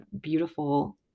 beautiful